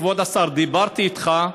כבוד השר, דיברתי איתך.